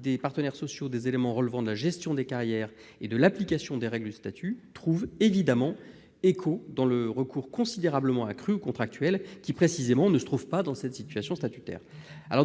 des partenaires sociaux des éléments relevant de la gestion des carrières et de l'application des règles du statut trouve évidemment un écho dans le recours considérablement accru aux contractuels, qui, précisément, ne se trouvent pas dans cette situation statutaire.